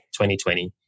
2020